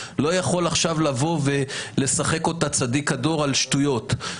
לא יכול עכשיו לבוא ולשחק אותה צדיק הדור על שטויות.